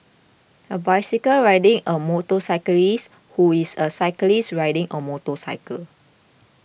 a bicycle riding a motorcyclist who is a cyclist riding a motorcycle